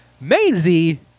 Maisie